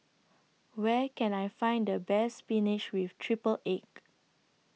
Where Can I Find The Best Spinach with Triple Egg